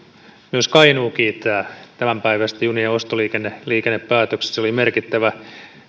myös kainuu kiittää tämänpäiväisestä junien ostoliikennepäätöksestä se oli merkittävä